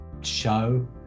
show